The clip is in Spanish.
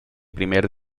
primer